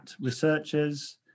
researchers